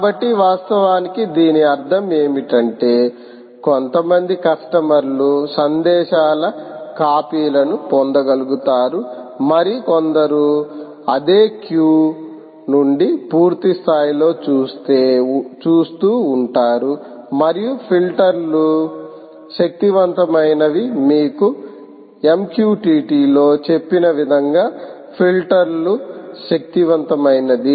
కాబట్టి వాస్తవానికి దీని అర్థం ఏమిటంటే కొంతమంది కస్టమర్లు సందేశాల కాపీలను పొందగలుగుతారు మరికొందరు అదే క్యూ నుండి పూర్తిస్థాయిలో చూస్తూ ఉంటారు మరియు ఫిల్టర్లు శక్తివంతమైనవి మీకు MQTT లో చెప్పిన విధంగా ఫిల్టర్లు శక్తివంతమైనది